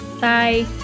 Bye